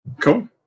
Cool